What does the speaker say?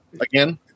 again